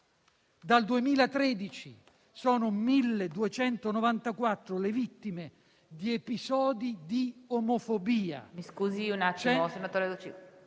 Dal 2013 sono 1.294 le vittime di episodi di omofobia,